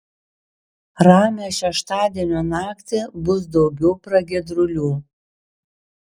ramią šeštadienio naktį bus daugiau pragiedrulių